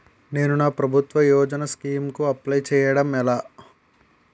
నేను నా ప్రభుత్వ యోజన స్కీం కు అప్లై చేయడం ఎలా?